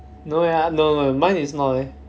no eh no no mine is not eh